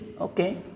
okay